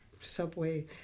subway